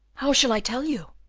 how shall i tell you?